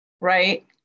right